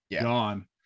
gone